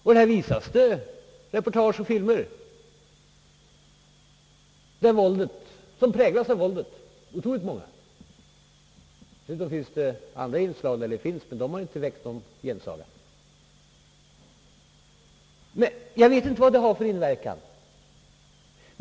I TV visas reportage och filmer — otroligt många — som präglas av våld. Det förekommer visserligen andra inslag, men de har inte väckt någon gensaga. Jag vet inte vad det har för inverkan.